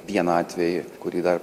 vieną atvejį kurį dar